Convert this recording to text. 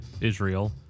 Israel